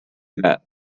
that